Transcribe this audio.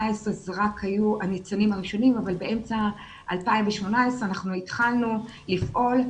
זה רק היו הניצנים הראשונים אבל באמצע 2018 אנחנו התחלנו לפעול.